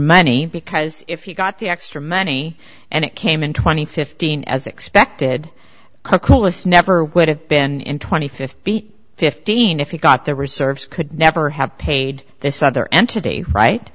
money because if you got the extra money and it came in twenty fifteen as expected the coolest never would have been twenty fifth feet fifteen if you got there were service could never have paid this other entity right